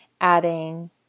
adding